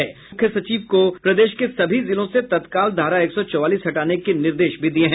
मुख्यमंत्री ने मुख्य सचिव को प्रदेश के सभी जिलों से तत्काल धारा एक सौ चौवालीस हटाने के निर्देश भी दिये हैं